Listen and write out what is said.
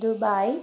Dubai